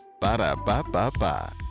Ba-da-ba-ba-ba